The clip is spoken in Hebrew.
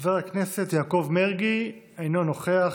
חבר הכנסת יעקב מרגי, אינו נוכח.